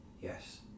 Yes